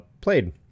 played